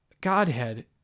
Godhead